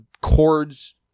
chords